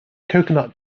coconut